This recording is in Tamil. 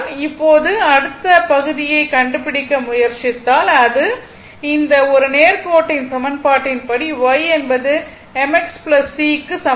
இப்போது இந்த அடுத்த பகுதியை கண்டு பிடிக்க முயற்சித்தால் இந்த ஒரு நேர்கோட்டின் சமன்பாட்டின் படி y என்பது m x c க்கு சமம்